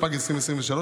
התשפ"ג 2023,